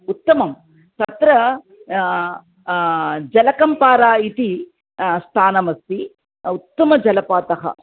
उत्तमम् तत्र जलकम्पारा इति स्थानमस्ति उत्तमजलपातः